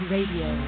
Radio